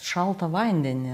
šaltą vandenį